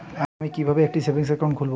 আমি কিভাবে একটি সেভিংস অ্যাকাউন্ট খুলব?